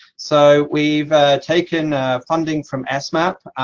so, we've taken funding from esmap,